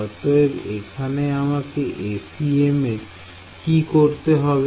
অতএব এখানে আমাকে FEM এ কি করতে হবে